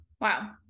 Wow